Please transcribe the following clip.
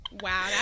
Wow